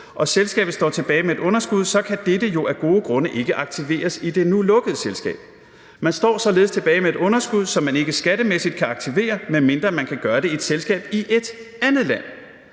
og selskabet står tilbage med et underskud, så kan dette jo af gode grunde ikke aktiveres i det nu lukkede selskab. Man står således tilbage med et underskud, som man ikke skattemæssigt kan aktivere, medmindre man kan gøre det i et selskab i et andet land.